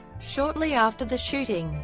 shortly after the shooting,